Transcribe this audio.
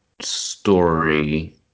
story